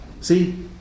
See